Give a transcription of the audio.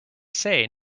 say